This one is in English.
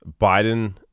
Biden